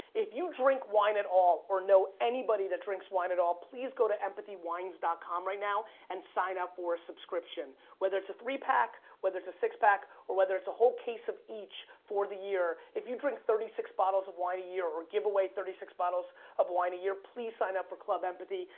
if you drink wine at all, or know anybody that drinks wine at all please go to empathywines dot com right now and sign up for a subscription, whether it's a three pack, whether it's a six pack or whether it's a whole case of each for the year, if you drink thirty five bottles of wine a year or give away thirty six bottles of wine a year please sign up for club empathy,